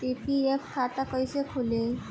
PPF खाता कैसे खुली?